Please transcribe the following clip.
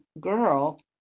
girl